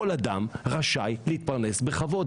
כול אדם רשאי להתפרנס בכבוד,